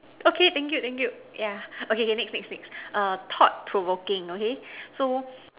okay thank you thank you yeah okay okay next next err thought provoking okay so